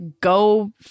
go